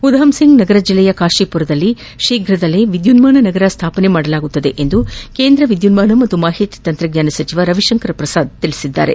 ಉಧಮ್ಸಿಂಗ್ನಗರ ಜಿಲ್ಲೆಯ ಕಾಶಿಪುರದಲ್ಲಿ ಶೀಘ್ರವೇ ವಿದ್ದುನ್ನಾನ ನಗರ ಸ್ಥಾಪಿಸುವುದಾಗಿ ಕೇಂದ್ರ ವಿದ್ದುನ್ನಾನ ಮತ್ತು ಮಾಹಿತಿ ತಂತ್ರಜ್ಞಾನ ಸಚಿವ ರವಿಶಂಕರ್ ಪ್ರಸಾದ್ ತಿಳಿಸಿದ್ದಾರೆ